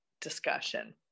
discussion